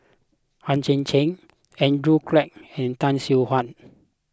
Hang Chang Chieh Andrew Clarke and Tay Seow Huah